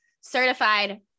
certified